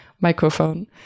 microphone